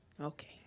Okay